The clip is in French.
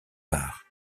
art